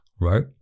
right